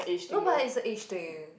no but is a age thing